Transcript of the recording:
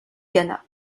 ghana